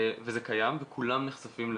וזה קיים, וכולם נחשפים לזה.